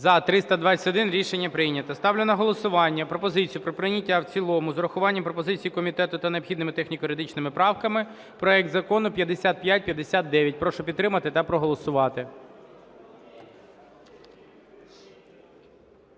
За-321 Рішення прийнято. Ставлю на голосування пропозицію про прийняття в цілому з урахуванням пропозицій комітету та необхідними техніко-юридичними правками проект Закону 5559. Прошу підтримати та проголосувати.